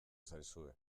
zaizue